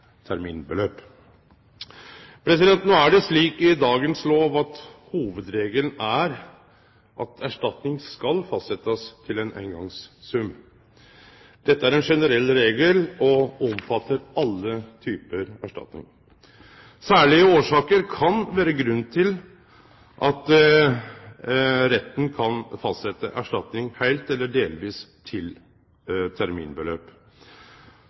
terminbeløp. No er det slik i dagens lov at hovudregelen er at erstatning skal fastsetjast til ein eingongssum. Dette er ein generell regel og omfattar alle typar av erstatning. Særlege årsaker kan vere grunn til at retten kan fastsetje erstatning heilt eller delvis til terminbeløp.